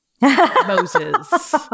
Moses